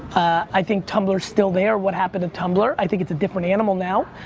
i think tumblr's still there. what happened to tumblr? i think it's a different animal now,